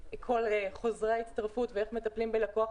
כל חוזרי ההצטרפות ואיך מטפלים בלקוח,